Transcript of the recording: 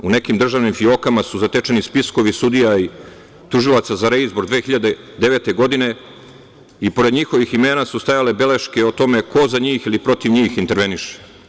U nekim državnim fiokama su zatečeni spiskovi sudija i tužilaca za reizbor 2009. godine i pored njihovih imena su stajale beleške o tome ko za njih ili protiv njih interveniše.